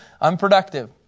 unproductive